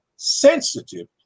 sensitive